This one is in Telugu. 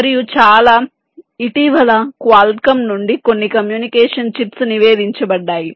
మరియు చాలా ఇటీవల క్వాల్కమ్ నుండి కొన్ని కమ్యూనికేషన్ చిప్స్ నివేదించబడ్డాయి